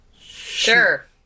Sure